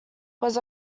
was